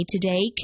Today